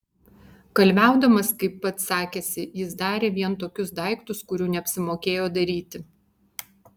kalviaudamas kaip pats sakėsi jis darė vien tokius daiktus kurių neapsimokėjo daryti